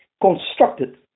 constructed